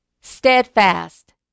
steadfast